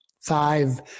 five